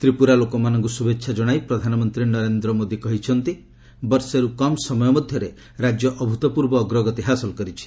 ତ୍ରିପୁରା ଲୋକମାନଙ୍କୁ ଶୁଭେଚ୍ଛା କଶାଇ ପ୍ରଧାନମନ୍ତ୍ରୀ ନରେନ୍ଦ୍ର ମୋଦି କହିଛନ୍ତି ବର୍ଷେରୁ କମ୍ ସମୟ ମଧ୍ୟରେ ରାଜ୍ୟ ଅଭୂତପୂର୍ବ ଅଗ୍ରଗତି ହାସଲ କରିଛି